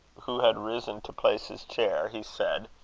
who had risen to place his chair, he said,